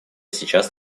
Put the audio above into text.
сейчас